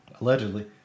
Allegedly